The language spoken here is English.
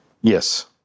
Yes